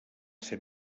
ser